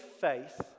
faith